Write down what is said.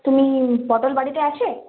তুমি পটল বাড়িতে আছে